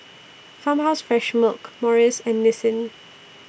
Farmhouse Fresh Milk Morries and Nissin